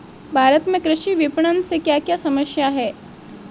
भारत में कृषि विपणन से क्या क्या समस्या हैं?